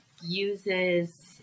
uses